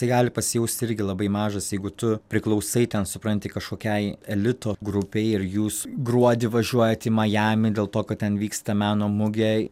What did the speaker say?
tai gali pasijausti irgi labai mažas jeigu tu priklausai ten supranti kažkokiai elito grupei ir jūs gruodį važiuojat į majamį dėl to kad ten vyksta meno mugė